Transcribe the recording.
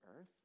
earth